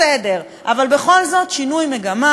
בסדר, אבל בכל זאת שינוי מגמה.